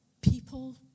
people